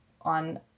on